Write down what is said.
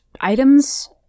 items